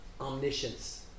omniscience